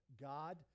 God